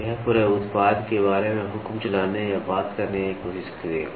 यह पूरे उत्पाद के बारे में हुक्म चलाने या बात करने की कोशिश करेगा